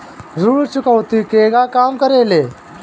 ऋण चुकौती केगा काम करेले?